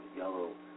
yellow